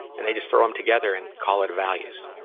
and they just throw em together and call it values.